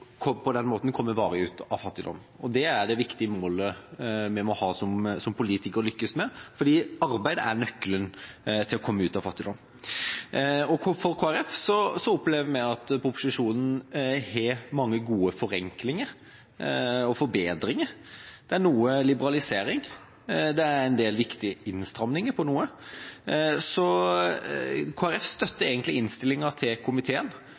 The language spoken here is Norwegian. for på den måten å komme varig ut av fattigdom. Å lykkes med det er det viktige målet vi som politikere må ha. Arbeid er nøkkelen til å komme ut av fattigdom. Kristelig Folkeparti opplever at proposisjonen har mange gode forenklinger og forbedringer. Det er noe liberalisering, og det er en del viktige innstramminger på noe. Kristelig Folkeparti støtter innstillinga til komiteen,